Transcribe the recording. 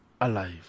alive